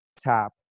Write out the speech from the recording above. tap